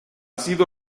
sido